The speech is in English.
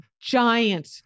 giant